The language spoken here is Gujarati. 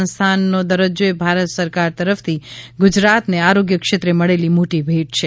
સંસ્થાનનો દરજ્જો એ ભારત સરકાર તરફથી ગુજરાતને આરોગ્યક્ષેત્રે મળેલી મોટી ભેટ છે